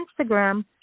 Instagram